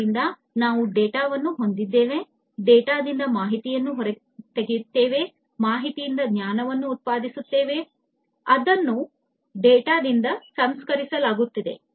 ಆದ್ದರಿಂದ ನಾವು ಡೇಟಾವನ್ನು ಹೊಂದಿದ್ದೇವೆ ಡೇಟಾದಿಂದ ಮಾಹಿತಿಯನ್ನು ಹೊರತೆಗೆಯುತ್ತೇವೆ ಮಾಹಿತಿಯಿಂದ ಜ್ಞಾನವನ್ನು ಉತ್ಪಾದಿಸುತ್ತೇವೆ ಅದನ್ನು ಡೇಟಾದಿಂದ ಸಂಸ್ಕರಿಸಲಾಗುತ್ತದೆ